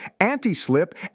anti-slip